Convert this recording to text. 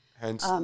Hence